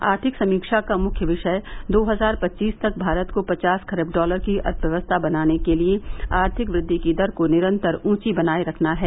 आर्थिक समीक्षा का मुख्य विषय दो हजार पचीस तक भारत को पचास खरब डॉलर की अर्थव्यवस्था बनाने के लिए आर्थिक प्रद्वि की दर को निरन्तर ऊंची बनाये रखना है